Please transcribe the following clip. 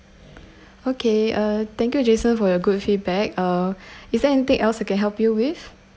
okay uh thank you jason for your good feedback uh is there anything else I can help you with